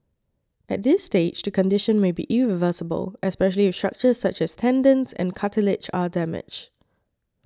at this stage the condition may be irreversible especially if structures such as tendons and cartilage are damaged